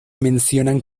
mencionan